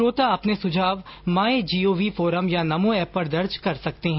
श्रोता अपने सुझाव माई जीओवी फोरम या नमो एप पर दर्ज करा सकते हैं